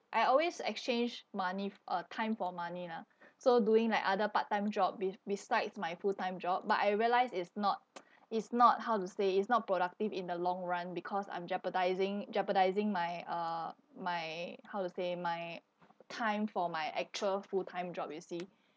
I always exchange money f~ uh time for money lah so doing like other part-time job be~ besides my full-time job but I realise it's not it's not how to say it's not productive in the long run because I'm jeopardising jeopardising my uh my how to say my time for my actual full-time job you see